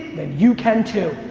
then you can, too.